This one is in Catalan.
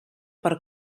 per